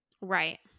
right